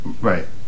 right